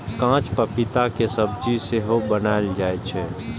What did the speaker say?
कांच पपीता के सब्जी सेहो बनाएल जाइ छै